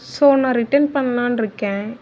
so நான் return பண்லான்டுருக்கேன்